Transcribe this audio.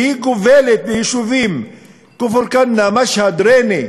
והיא גובלת ביישובים כפר-כנא, משהד, ריינה,